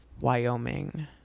Wyoming